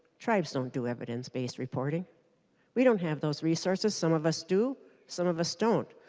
tribes don't do evidence-based reporting we don't have those resources. some of us do some of us don't.